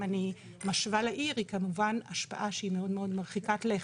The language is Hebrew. אם אני משווה לעיר היא כמובן השפעה שהיא מאוד מרחיקת לכת.